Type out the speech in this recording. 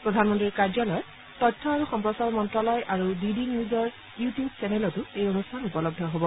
প্ৰাধনমন্ত্ৰীৰ কাৰ্যালয় তথ্য আৰু সম্প্ৰচাৰ মন্ত্ৰালয় আৰু ডি ডি নিউজৰ ইউটিউব চেনেলতো এই অনুষ্ঠান উপলব্ধ হব